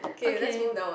okay